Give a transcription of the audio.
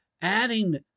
adding